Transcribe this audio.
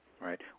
Right